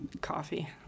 Coffee